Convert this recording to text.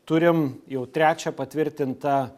turim jau trečią patvirtintą